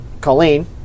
Colleen